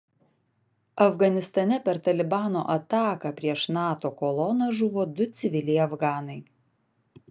afganistane per talibano ataką prieš nato koloną žuvo du civiliai afganai